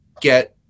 get